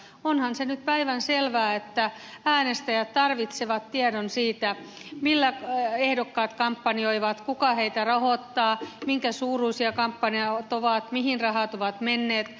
onhan se nyt päivänselvää että äänestäjät tarvitsevat tiedon siitä millä ehdokkaat kampanjoivat kuka heitä rahoittaa minkä suuruisia kampanjat ovat mihin rahat ovat menneet